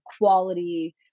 quality